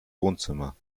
wohnzimmer